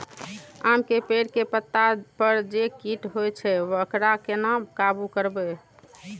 आम के पेड़ के पत्ता पर जे कीट होय छे वकरा केना काबू करबे?